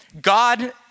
God